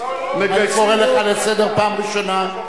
אני קורא אותך לסדר פעם ראשונה.